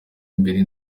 imbere